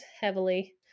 heavily